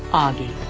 auggie.